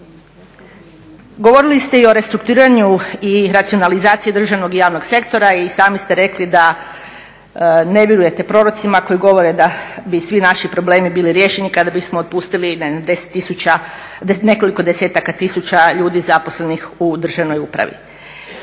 Govorili ste i o restrukturiranju i racionalizaciji državnog i javnog sektora. I sami ste rekli da ne vjerujete prorocima koji govore da bi svi naši problemi bili riješeni kada bismo otpustili ne znam nekoliko desetaka tisuća ljudi zaposlenih u državnoj upravi.